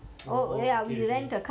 oh okay okay